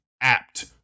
apt